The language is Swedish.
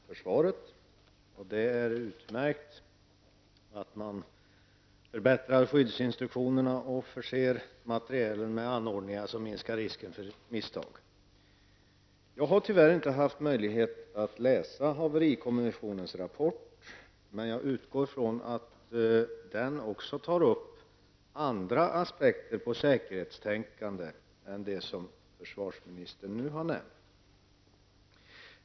Herr talman! Jag tackar försvarsministern för svaret på min fråga. Det är utmärkt att man förbättrar skyddsinstruktionerna och förser materielen med anordningar som minskar risken för misstag. Jag har tyvärr inte haft möjlighet att läsa haverikommissionens rapport, men jag utgår från att den tar upp också andra aspekter på säkerhetstänkande än de som försvarsministern nu har nämnt.